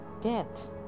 death